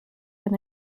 and